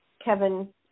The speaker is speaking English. Kevin